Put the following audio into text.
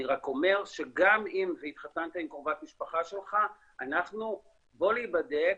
אני רק אומר שגם אם התחתנת עם קרובת משפחה שלך בוא להיבדק,